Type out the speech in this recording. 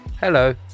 Hello